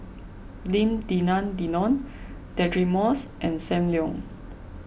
Lim Denan Denon Deirdre Moss and Sam Leong